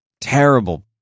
terrible